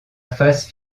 phase